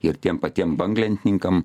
ir tiem patiem banglentininkam